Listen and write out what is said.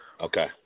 Okay